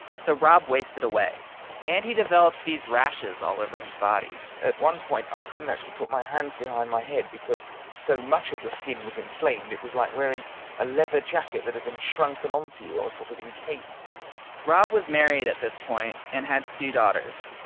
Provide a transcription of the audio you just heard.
so rob wasted away and he developed these rashes all over his body at one point, i couldn't actually put my hands behind my head because so much of the skin was inflamed. it was like wearing a leather jacket that had been shrunken onto you. i was sort of encased in it rob was married at this point and had two daughters.